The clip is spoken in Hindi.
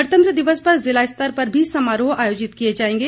गणतंत्र दिवस पर जिला स्तर पर भी समारोह आयोजित किए जाएंगे